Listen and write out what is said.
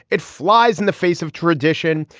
it flies in the face of tradition.